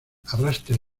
arrastre